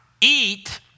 Eat